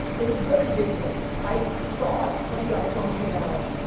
it was very basic. i saw it that the iphone came out,